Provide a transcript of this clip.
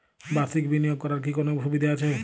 বাষির্ক বিনিয়োগ করার কি কোনো সুবিধা আছে?